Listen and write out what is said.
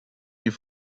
you